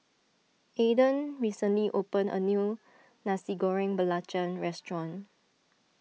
Aedan recently opened a new Nasi Goreng Belacan restaurant